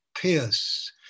pierce